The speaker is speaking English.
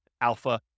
alpha